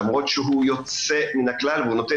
למרות שהוא יוצא מן הכלל והוא נותן